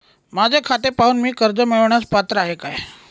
माझे खाते पाहून मी कर्ज मिळवण्यास पात्र आहे काय?